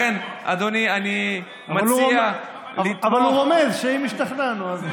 אבל הוא רומז שאם השתכנענו, אז,